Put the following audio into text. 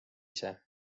ise